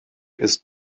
ist